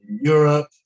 Europe